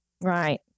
Right